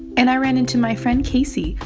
and i ran into my friend casey,